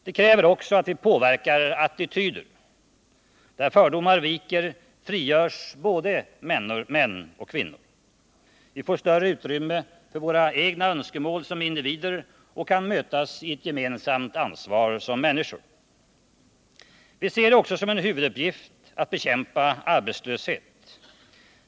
Det kräver också att vi påverkar attityder. Där fördomar viker frigörs både kvinnor och män. Vi får större utrymme för våra egna önskemål som individer och kan mötas i ett gemensamt ansvar som människor. Vi ser det som en huvuduppgift att bekämpa arbetslöshet.